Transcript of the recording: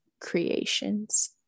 Creations